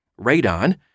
Radon